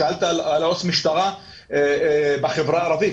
שאלת על עובדים סוציאליים במשטרה בחברה הערבית,